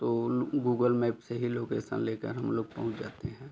तो Google map से ही लोकेसन लेकर हम लोग पहुँच जाते हैं